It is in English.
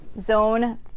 Zone